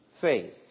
faith